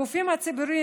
בין הגופים הציבוריים,